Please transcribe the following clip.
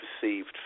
perceived